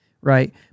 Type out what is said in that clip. Right